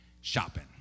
shopping